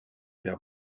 père